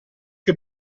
che